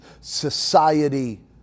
society